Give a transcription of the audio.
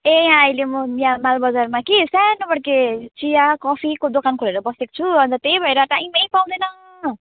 ए यहाँ अहिले म यहाँ मालबजारमा कि सानो बड्के चिया कफीको दोकान खोलेर बसेको छु अन्त त्यही भएर टाइमै पाउँदैन